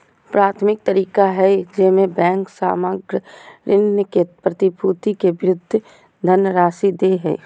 प्राथमिक तरीका हइ जेमे बैंक सामग्र ऋण के प्रतिभूति के विरुद्ध धनराशि दे हइ